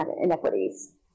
inequities